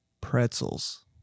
Pretzels